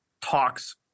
talks